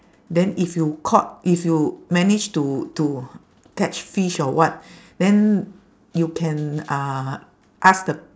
then if you caught if you managed to to catch fish or what then you can uh ask the